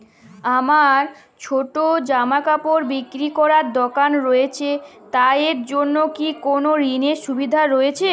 আমার ছোটো জামাকাপড় বিক্রি করার দোকান রয়েছে তা এর জন্য কি কোনো ঋণের সুবিধে রয়েছে?